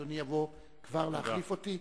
אדוני יבוא כבר להחליף אותי.